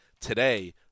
Today